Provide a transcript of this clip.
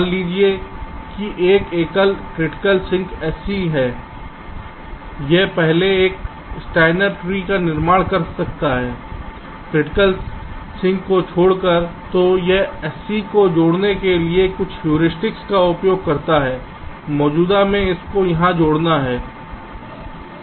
मान लीजिए कि एक एकल क्रिटिकल सिंक sc है यह पहले एक स्टाइनर ट्री का निर्माण करता है क्रिटिकल सिंक को छोड़कर तो यह sc को जोड़ने के लिए कुछ हेयूरिस्टिक का उपयोग करता है मौजूदा में इसको जहां जोड़ना है